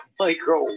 micro